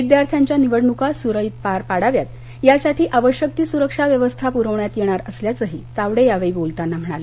विद्यार्थ्यांच्या निवडणुका सुरळीत पार पडाव्यात यासाठी आवश्यक ती सुरक्षा व्यवस्था पुरवण्यात येणार असल्याचंही तावडे यावेळी बोलताना म्हणाले